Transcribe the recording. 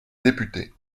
députés